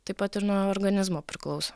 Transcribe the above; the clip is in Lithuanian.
taip pat ir nuo organizmo priklauso